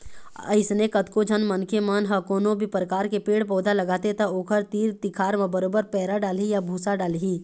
अइसने कतको झन मनखे मन ह कोनो भी परकार के पेड़ पउधा लगाथे त ओखर तीर तिखार म बरोबर पैरा डालही या भूसा डालही